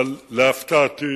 אבל להפתעתי,